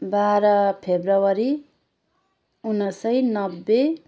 बाह्र फेब्रुअरी उन्नाइस सय नब्बे